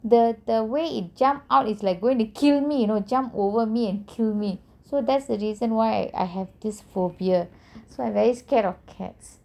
the the way it jumped out is like going to kill me you know jump over me and kill me so that's the reason why I have this phobia so I very scared of cats